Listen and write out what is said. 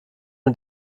mit